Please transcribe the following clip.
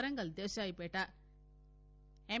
Warangal Desaipet ఎం